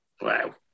Wow